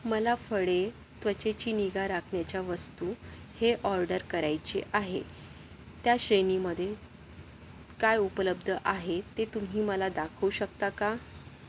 मला फळे त्वचेची निगा राखण्याच्या वस्तू हे ऑर्डर करायचे आहे त्या श्रेणीमध्ये काय उपलब्ध आहे ते तुम्ही मला दाखवू शकता का